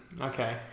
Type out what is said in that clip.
okay